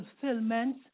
fulfillment